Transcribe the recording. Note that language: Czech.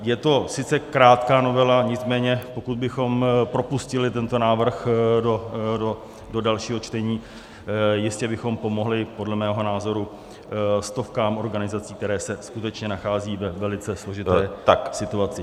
Je to sice krátká novela, nicméně pokud bychom propustili tento návrh do dalšího čtení, jistě bychom pomohli podle mého názoru stovkám organizací, které se skutečně nacházejí ve velice složité situaci.